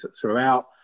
throughout